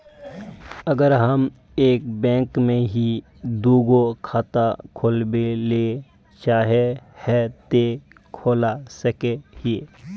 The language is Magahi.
अगर हम एक बैंक में ही दुगो खाता खोलबे ले चाहे है ते खोला सके हिये?